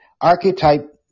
archetype